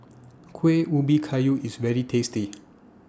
Kueh Ubi Kayu IS very tasty